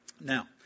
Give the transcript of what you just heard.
Now